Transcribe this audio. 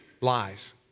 lies